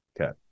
Okay